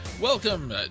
Welcome